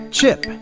Chip